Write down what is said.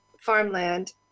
farmland